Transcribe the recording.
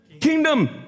kingdom